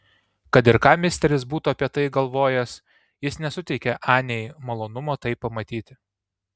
kad ir ką misteris būtų apie tai galvojęs jis nesuteikė anei malonumo tai pamatyti